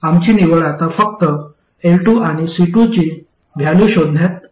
आमची आवड आता फक्त L2 आणि C2 ची व्हॅल्यू शोधण्यात आहे